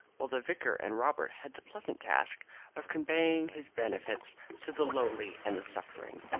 while the vicar and robert had the pleasant task of conveying his benefits to the lowly and the suffering.